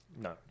No